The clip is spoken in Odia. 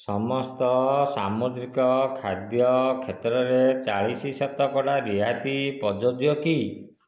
ସମସ୍ତ ସାମୁଦ୍ରିକ ଖାଦ୍ୟ କ୍ଷେତ୍ରରେ ଚାଳିଶ ଶତକଡ଼ା ରିହାତି ପ୍ରଯୁଜ୍ୟ କି